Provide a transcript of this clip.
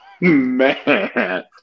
Man